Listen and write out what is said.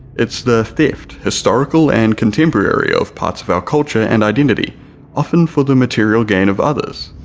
it's the theft, historical and contemporary of parts of our culture and identity often for the material gain of others.